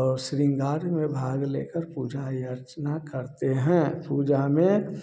और शृंगार में भाग लेकर पूजा याचना करते हैं पूजा में